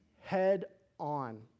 head-on